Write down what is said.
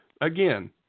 Again